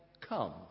come